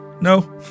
No